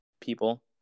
people